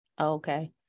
Okay